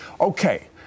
Okay